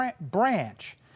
branch